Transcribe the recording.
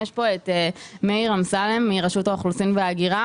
נמצא פה מאיר אמסלם מרשות האוכלוסין וההגירה,